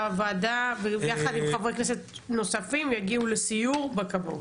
הוועדה יחד עם חברי כנסת נוספים יגיעו לסיור בכבאות.